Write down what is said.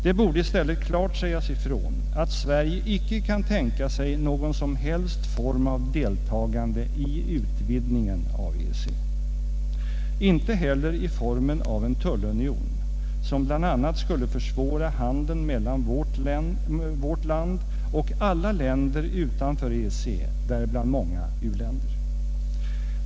Det borde i stället klart sägas ifrån, att Sverige icke kan tänka sig någon som helst form av deltagande i utvidgningen av EEC, inte heller i formen av en tullunion, som bl.a. skulle försvåra handeln mellan vårt land och alla länder utanför EEC, däribland många u-länder.